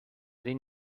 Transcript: این